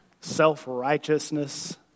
self-righteousness